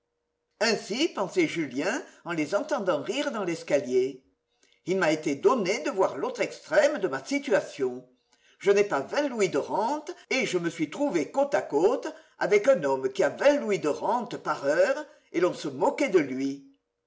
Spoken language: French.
ainsi pensait julien en les entendant rire dans l'escalier il m'a été donné de voir l'autre extrême de ma situation je n'ai pas vingt louis de rente et je me suis trouvé côte à côte avec un homme qui a vingt louis de rente par heure et l'on se moquait de lui